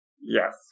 Yes